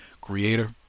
creator